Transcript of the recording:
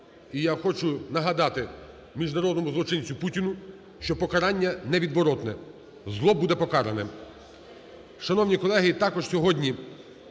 І я хочу нагадати міжнародному злочинцю Путіну, що покарання невідворотне, зло буде покаране.